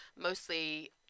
mostly